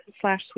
slash